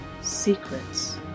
Secrets